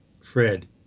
Fred